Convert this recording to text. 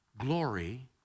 glory